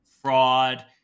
Fraud